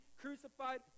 crucified